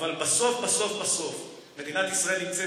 אבל בסוף בסוף בסוף מדינת ישראל נמצאת